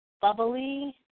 bubbly